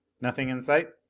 nothing in sight?